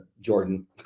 Jordan